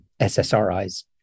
SSRIs